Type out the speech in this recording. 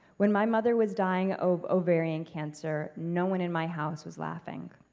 when my mother was dying of ovarian cancer no one in my house was laughing,